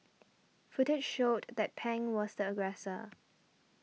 footage showed that Pang was the aggressor